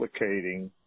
replicating